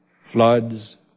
floods